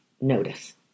notice